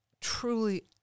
truly